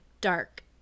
dark